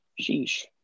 Sheesh